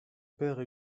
père